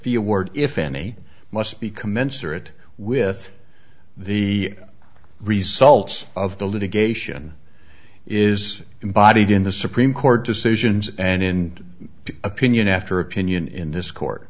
award if any must be commensurate with the results of the litigation is embodied in the supreme court decisions and in the opinion after opinion in this court